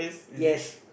yes